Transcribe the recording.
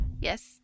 Yes